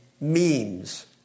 memes